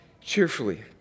cheerfully